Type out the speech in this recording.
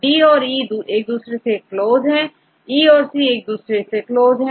D और E एक दूसरे से क्लोज हैE और C एक दूसरे के क्लोज है